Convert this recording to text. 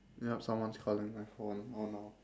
yup someone's calling my phone oh no